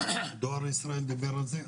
דואר ישראל דיבר על זה,